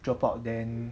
drop out then